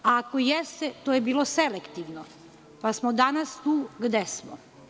Ako jeste, to je bilo selektivno, pa smo danas tu gde smo.